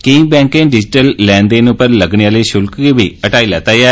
केई बैंके डिजिटल लैनदेन उप्पर लगने आहले शुल्क गी बी हटाई लैता ऐ